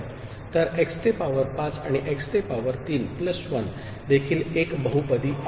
तर x ते power 5 आणि x ते पॉवर 3 प्लस 1 देखील एक बहुपदी आहे